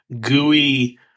gooey